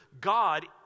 God